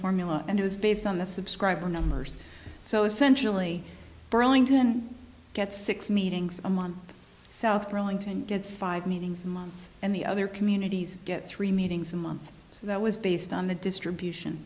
formula and it is based on the subscriber numbers so essentially burlington gets six meetings a month south burlington get five meetings month and the other communities get three meetings a month so that was based on the distribution